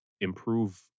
improve